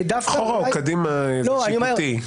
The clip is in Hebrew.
אחורה או קדימה הם שיפוטיים.